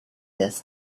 this